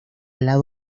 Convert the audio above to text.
lado